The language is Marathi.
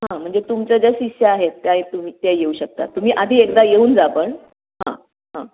हां म्हणजे तुमचं ज्या शिष्य आहेत त्या तुम्ही त्या येऊ शकता तुम्ही आधी एकदा येऊन जा पण हां हां